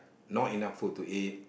no enough food to eat